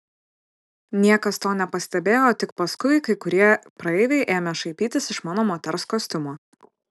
niekas to nepastebėjo o tik paskui kai kurie praeiviai ėmė šaipytis iš mano moters kostiumo